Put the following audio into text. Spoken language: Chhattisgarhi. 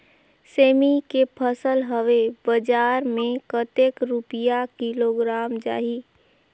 सेमी के फसल हवे बजार मे कतेक रुपिया किलोग्राम जाही?